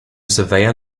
surveyor